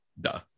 Duh